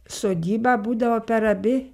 sodyba būdavo per abi